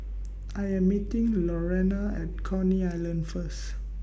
I Am meeting Lurena At Coney Island First